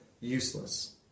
useless